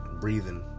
Breathing